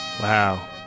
Wow